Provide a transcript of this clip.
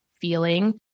feeling